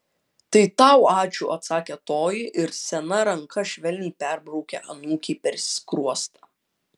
tai tau ačiū atsakė toji ir sena ranka švelniai perbraukė anūkei per skruostą